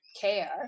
care